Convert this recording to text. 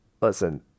listen